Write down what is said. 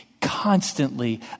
constantly